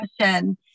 question